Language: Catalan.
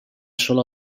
sola